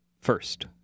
first